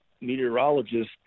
meteorologist